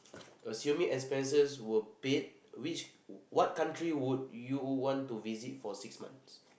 assuming expenses were paid which what country would you want to visit for six months